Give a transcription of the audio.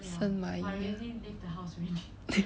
生蚂蚁